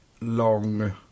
long